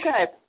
okay